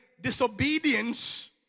disobedience